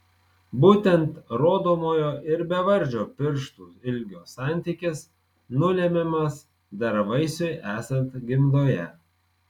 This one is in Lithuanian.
būtent rodomojo ir bevardžio pirštų ilgio santykis nulemiamas dar vaisiui esant gimdoje